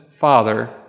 father